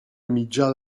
mitjà